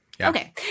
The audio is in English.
Okay